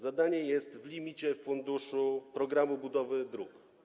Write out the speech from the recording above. Zadanie jest w limicie, w funduszu programu budowy dróg.